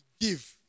give